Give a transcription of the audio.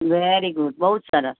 very good બહુ જ સરસ